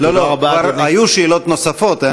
לא היו שאלות נוספות,